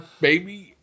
baby